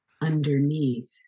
underneath